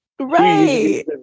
Right